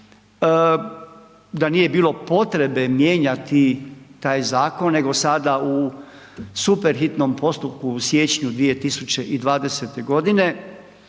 da nije bilo potrebe mijenjati taj zakon nego sada u super hitnom postupku u siječnju 2020. g.